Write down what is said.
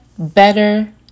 Better